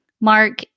Mark